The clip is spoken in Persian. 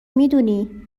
میدونی